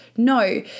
No